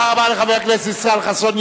תודה רבה לחבר הכנסת ישראל חסון.